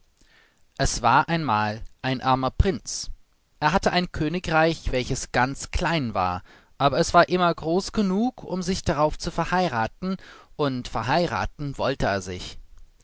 es war einmal ein armer prinz er hatte ein königreich welches ganz klein war aber es war immer groß genug um sich darauf zu verheiraten und verheiraten wollte er sich